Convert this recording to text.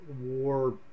war